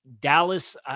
Dallas